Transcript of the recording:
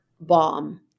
bomb